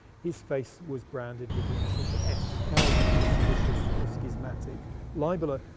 his face was branded with the initials s, l for seditious or schismatic libela,